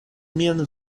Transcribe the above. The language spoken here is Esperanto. mian